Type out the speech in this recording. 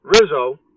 Rizzo